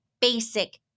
basic